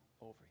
over